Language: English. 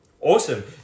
Awesome